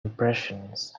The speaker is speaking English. impressions